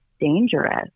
dangerous